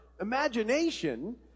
imagination